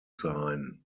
sign